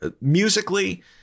Musically